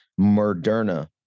Moderna